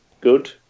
good